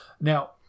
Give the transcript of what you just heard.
Now